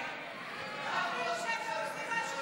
אפילו כשאתם עושים משהו